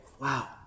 wow